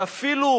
ואפילו